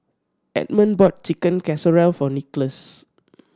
Edmund bought Chicken Casserole for Nicolas